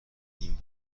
این